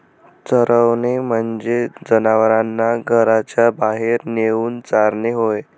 चरवणे म्हणजे जनावरांना घराच्या बाहेर नेऊन चारणे होय